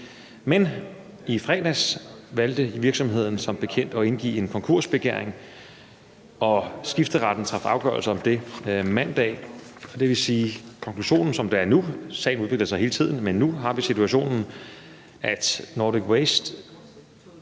Men i fredags valgte virksomheden som bekendt at indgive konkursbegæring, og skifteretten traf afgørelse om det mandag. Det vil sige, at konklusionen, som det er nu – sagen udvikler sig hele tiden, men nu har vi den situation – er, at Nordic Waste